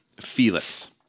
Felix